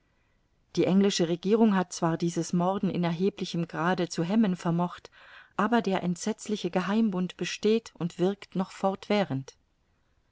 die englische regierung hat zwar dieses morden in erheblichem grade zu hemmen vermocht aber der entsetzliche geheimbund besteht und wirkt noch fortwährend